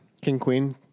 King-Queen